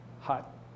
hot